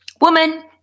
Woman